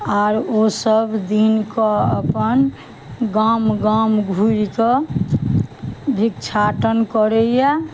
आर ओ सब दिन कऽ अपन गाम गाम घुरि कऽ भिक्षाटन करैया